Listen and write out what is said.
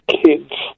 kids